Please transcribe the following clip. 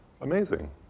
amazing